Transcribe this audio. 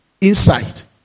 insight